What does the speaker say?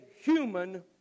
human